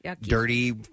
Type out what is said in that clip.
Dirty